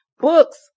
books